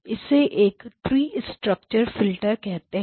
इसे एक tree structured filter bank कहते हैं